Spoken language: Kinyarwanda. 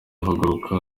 uhaguruka